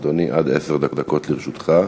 אדוני, עד עשר דקות לרשותך.